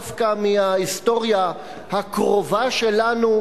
דווקא מההיסטוריה הקרובה שלנו,